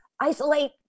isolate